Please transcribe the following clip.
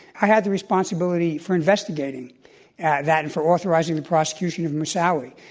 i had the responsibility for investigating that and for authorizing the prosecution of moussaoui,